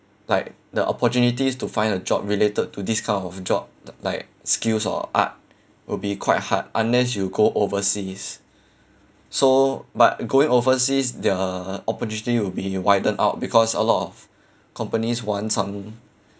like the opportunities to find a job related to this kind of job like skills or art will be quite hard unless you go overseas so but going overseas the opportunity will be widened out because a lot of companies want some